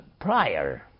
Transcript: prior